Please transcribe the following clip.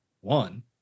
one